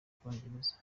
bwongereza